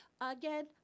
again